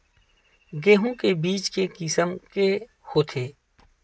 गेहूं के बीज के किसम के होथे?